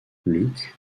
luke